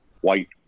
white